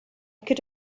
could